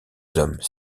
hommes